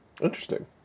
interesting